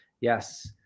Yes